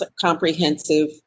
comprehensive